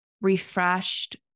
refreshed